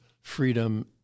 freedom